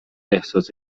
احساس